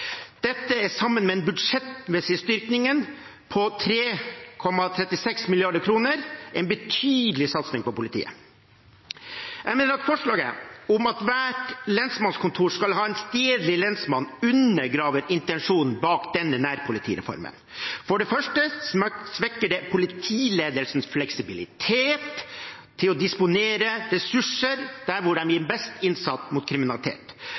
Dette er sammen med den budsjettmessige styrkingen på 3,36 mrd. kr en betydelig satsing på politiet. Jeg mener forslaget om at hvert lensmannskontor skal ha en stedlig lensmann, undergraver intensjonen bak denne nærpolitireformen. For det første svekker det politiledelsens fleksibilitet til å disponere ressurser der hvor de gir best innsats mot kriminalitet.